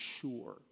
sure